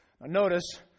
Notice